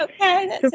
Okay